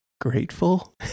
grateful